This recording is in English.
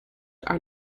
are